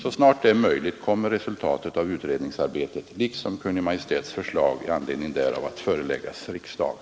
Så snart det är möjligt kommer resultatet av utredningsarbetet liksom Kungl. Maj:ts förslag i anledning därav att föreläggas riksdagen.